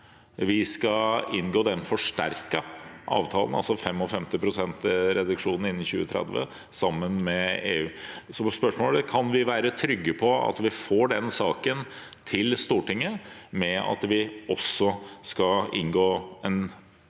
vi skal inngå den forsterkede avtalen, altså 55 pst. reduksjon innen 2030 sammen med EU. Spørsmålet er: Kan vi være trygge på at vi får den saken til Stortinget om at vi også skal inngå en forsterket avtale